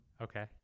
Okay